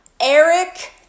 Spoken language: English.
Eric